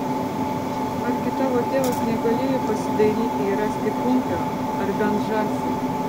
argi tavo tėvas negalėjo pasidairyti ir rasti kumpio ar bent žąsį